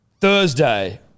Thursday